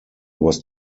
was